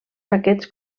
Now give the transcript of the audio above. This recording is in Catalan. paquets